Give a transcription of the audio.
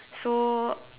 so